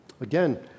Again